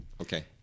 Okay